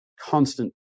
constant